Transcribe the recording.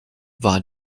war